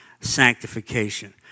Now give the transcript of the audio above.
sanctification